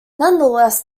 nonetheless